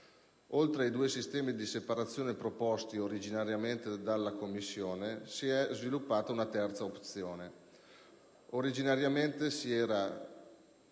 oltre ai due sistemi di separazione proposti originariamente dalla Commissione, si è sviluppata una terza opzione. Originariamente si era